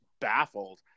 baffled